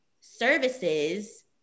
services